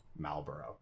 Malboro